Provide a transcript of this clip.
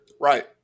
Right